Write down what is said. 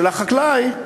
של החקלאים,